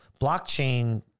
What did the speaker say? blockchain